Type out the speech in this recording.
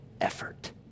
effort